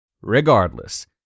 Regardless